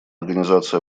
организацию